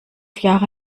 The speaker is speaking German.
jahre